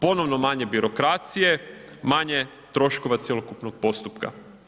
Ponovno manje birokracije, manje troškova cjelokupnog postupka.